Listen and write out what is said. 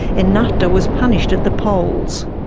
ennahda was punished at the polls.